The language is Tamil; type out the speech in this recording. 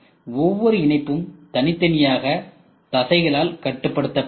ஒவ்வொரு இணைப்பும் தனித்தனியான தசைகளால் கட்டுப்படுத்தப்படுகிறது